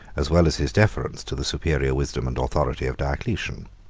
as well as his deference to the superior wisdom and authority of diocletian.